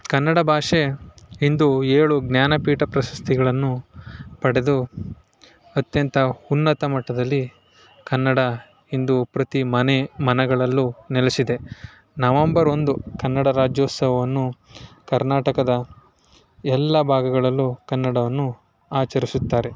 ಕನ್ನಡ ಭಾಷೆ ಇಂದು ಏಳು ಜ್ಞಾನಪೀಠ ಪ್ರಶಸ್ತಿಗಳನ್ನು ಪಡೆದು ಅತ್ಯಂತ ಉನ್ನತ ಮಟ್ಟದಲ್ಲಿ ಕನ್ನಡ ಇಂದು ಪ್ರತಿ ಮನೆ ಮನಗಳಲ್ಲೂ ನೆಲೆಸಿದೆ ನವಂಬರ್ ಒಂದು ಕನ್ನಡ ರಾಜ್ಯೋತ್ಸವವನ್ನು ಕರ್ನಾಟಕದ ಎಲ್ಲ ಭಾಗಗಳಲ್ಲೂ ಕನ್ನಡವನ್ನು ಆಚರಿಸುತ್ತಾರೆ